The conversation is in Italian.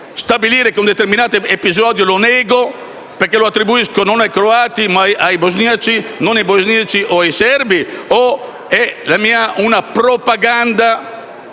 stabilire che un determinato episodio lo nego perché lo attribuisco non ai croati ma ai bosniaci, oppure non ai bosniaci ma ai serbi? Oppure la mia è una propaganda